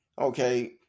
Okay